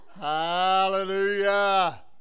Hallelujah